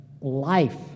life